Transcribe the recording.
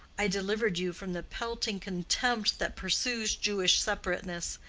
i delivered you from the pelting contempt that pursues jewish separateness.